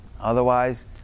Otherwise